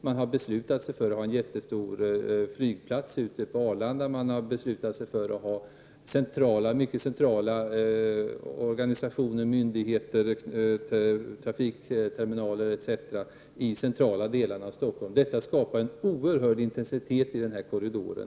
Man har beslutat sig för att ha en mycket stor flygplats på Arlanda och för att ha mycket centrala organisationer, myndigheter, trafikterminaler osv. placerade i centrala delar av Stockholm. Detta skapar en oerhörd intensitet i den här korridoren.